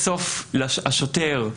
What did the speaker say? בסוף השוטר,